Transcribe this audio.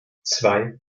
zwei